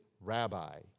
rabbi